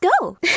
go